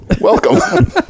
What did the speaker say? Welcome